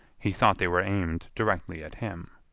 he thought they were aimed directly at him.